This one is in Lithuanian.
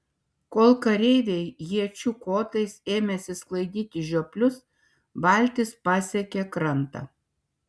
kol kareiviai iečių kotais ėmėsi sklaidyti žioplius valtis pasiekė krantą